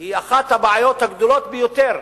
כי היא אחת הבעיות הגדולות ביותר,